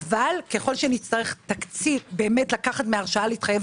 אבל ככל שנצטרך לקחת כסף מההשראה להתחייב